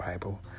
Bible